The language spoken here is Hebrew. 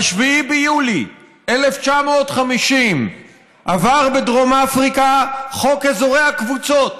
ב-7 ביולי 1950 עבר בדרום אפריקה חוק אזורי הקבוצות,